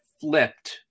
flipped